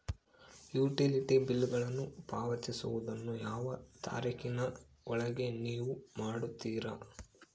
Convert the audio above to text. Utility ಬಿಲ್ಲುಗಳನ್ನು ಪಾವತಿಸುವದನ್ನು ಯಾವ ತಾರೇಖಿನ ಒಳಗೆ ನೇವು ಮಾಡುತ್ತೇರಾ?